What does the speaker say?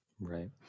Right